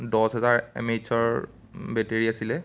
দহ হাজাৰ এম এইচৰ বেটেৰী আছিলে